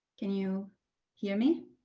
can you hear me?